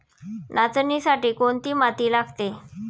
नाचणीसाठी कोणती माती लागते?